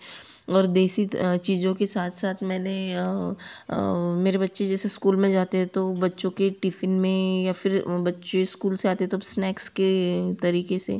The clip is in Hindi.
और देसी चीज़ों के साथ साथ मैंने मेरे बच्चे जैसे स्कूल में जाते हैं तो बच्चों के टिफिन में या फिर बच्चे स्कूल से आते है तब स्नैक्स के तरीके से